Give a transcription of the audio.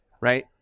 Right